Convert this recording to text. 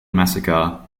massacre